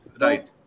Right